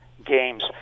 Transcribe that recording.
games